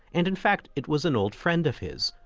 and in fact it was an old friend of his,